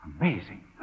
Amazing